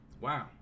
Wow